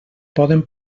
poden